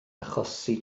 achosi